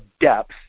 depth